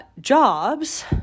jobs